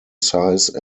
size